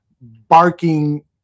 barking